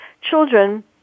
children